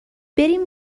بریم